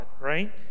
right